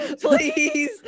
please